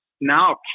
now